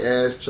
ass